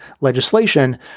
legislation—